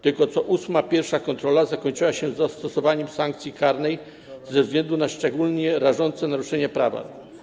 Tylko co ósma pierwsza kontrola zakończyła się zastosowaniem sankcji karnej ze względu na szczególnie rażące naruszenie prawa.